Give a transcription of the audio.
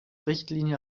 richtlinie